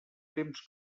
temps